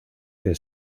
que